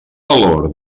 valor